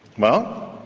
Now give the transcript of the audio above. well,